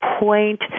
point